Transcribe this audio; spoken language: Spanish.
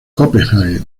copenhague